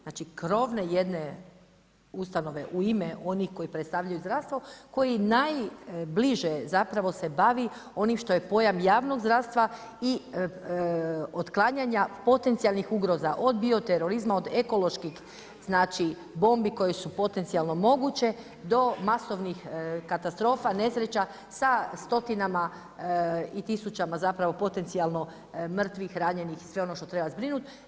Znači krovne jedne ustanove u ime onih koji predstavljaju zdravstvo koji najbliže se bavi onim što je pojam javnog zdravstva i otklanjanja potencijalnih ugroza od bioterorizma, od ekoloških bombi koje su potencijalno moguće do masovnih katastrofa, nesreća sa stotinama i tisućama potencijalno mrtvih, ranjenih i sve ono što treba zbrinuti.